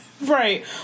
Right